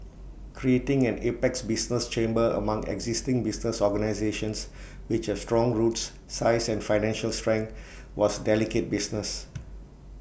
creating an apex business chamber among existing business organisations which have strong roots size and financial strength was delicate business